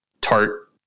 tart